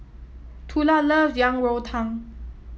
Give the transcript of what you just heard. Tula love Yang Rou Tang